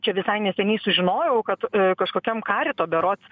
čia visai neseniai sužinojau kad kažkokiam karito berods